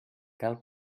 cal